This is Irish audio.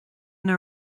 ina